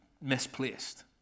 misplaced